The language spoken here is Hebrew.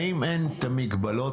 האם אין את המגבלות?